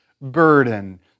burden